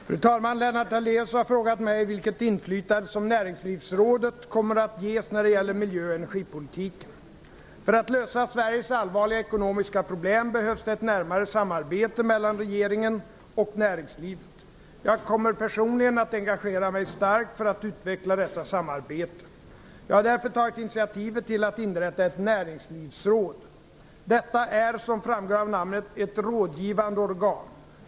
Fru talman! Lennart Daléus har frågat mig vilket inflytande som Näringslivsrådet kommer att ges när det gäller miljö och energipolitiken. För att lösa Sveriges allvarliga ekonomiska problem behövs det ett närmare samarbete mellan regeringen och näringslivet. Jag kommer personligen att engagera mig starkt för att utveckla detta samarbete. Jag har därför tagit initiativet till att inrätta ett näringslivsråd. Detta är, som framgår av namnet, ett rådgivande organ.